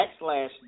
backslash